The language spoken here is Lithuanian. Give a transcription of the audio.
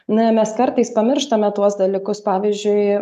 na mes kartais pamirštame tuos dalykus pavyzdžiui